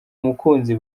umukunzi